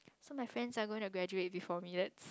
so my friends are going to graduate before me that's